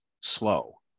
slow